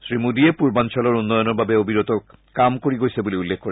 শ্ৰীমোদীয়ে পূৰ্বাঞ্চলৰ উন্নয়নৰ বাবে অবিৰত কাম কৰি গৈছে বুলি উল্লেখ কৰে